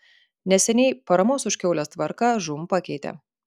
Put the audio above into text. neseniai paramos už kiaules tvarką žūm pakeitė